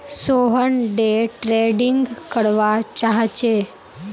Sohan day trading करवा चाह्चे